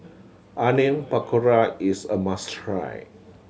Onion Pakora is a must try